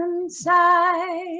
inside